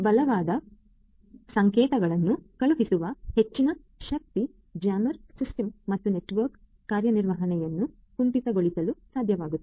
ಬಲವಾದ ಸಂಕೇತಗಳನ್ನು ಕಳುಹಿಸುವ ಹೆಚ್ಚಿನ ಶಕ್ತಿಯ ಜಾಮರ್ ಸಿಸ್ಟಮ್ ಮತ್ತು ನೆಟ್ವರ್ಕ್ನ ಕಾರ್ಯನಿರ್ವಹಣೆಯನ್ನು ಕುಂಠಿತಗೊಳಿಸಲು ಸಾಧ್ಯವಾಗುತ್ತದೆ